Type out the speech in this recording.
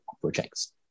projects